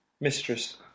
mistress